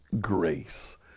grace